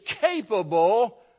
capable